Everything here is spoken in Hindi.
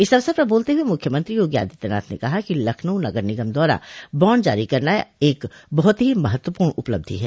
इस अवसर पर बोलते हुए मुख्यमंत्री योगी आदित्यनाथ ने कहा कि लखनऊ नगर निगम द्वारा बांड जारी करना एक बहुत ही महत्वपूर्ण उपलब्धि है